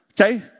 okay